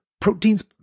Protein's